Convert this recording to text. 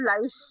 life